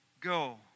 Go